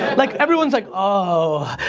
like everyone's like, oh.